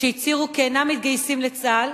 שהצהירו כי אינם מתגייסים לצה"ל.